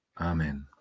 Amen